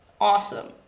awesome